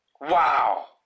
Wow